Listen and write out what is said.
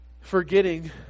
forgetting